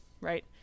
right